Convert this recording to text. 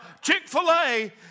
Chick-fil-A